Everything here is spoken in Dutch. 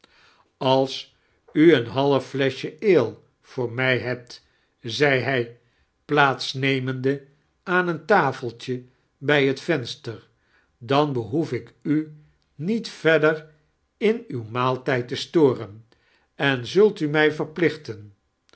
als u een half flesehje ate vtoor mij hebt zei hij plaate nememd aan em tafeltje bij het vemsteo dan behoef ik u niet vieirider in uw maaltijd t istoiren an zult u mij verplichten